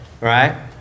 right